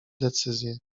decyzję